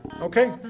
Okay